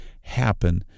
happen